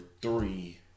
three